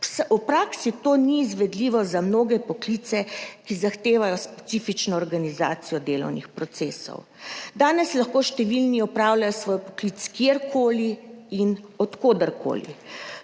V praksi to ni izvedljivo za mnoge poklice, ki zahtevajo specifično organizacijo delovnih procesov. Danes lahko številni opravljajo svoj poklic kjerkoli in od koderkoli.